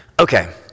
Okay